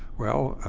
well,